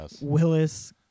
Willis